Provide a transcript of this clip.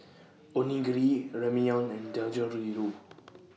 Onigiri Ramyeon and Dangoriru